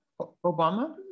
obama